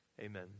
amen